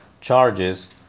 charges